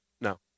No